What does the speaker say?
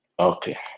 Okay